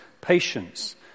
patience